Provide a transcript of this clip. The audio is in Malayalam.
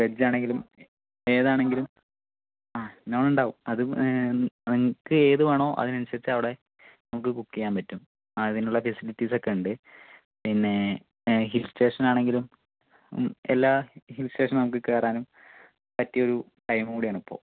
വെജ് ആണെങ്കിലും ഏത് ആണെങ്കിലും ആ നോൺ ഉണ്ടാകും അത് നിങ്ങൾക്ക് ഏത് വേണോ അതിന് അനുസരിച്ച് അവിടെ നമുക്ക് കുക്ക് ചെയ്യാൻ പറ്റും അതിനുള്ള ഫെസിലിറ്റീസ് ഒക്കെ ഉണ്ട് പിന്നെ ഹിൽ സ്റ്റേഷൻ ആണെങ്കിലും എല്ലാ ഹിൽ സ്റ്റേഷൻ നമുക്ക് കയറാനും പറ്റിയ ഒരു ടൈം കൂടി ആണ് ഇപ്പോൾ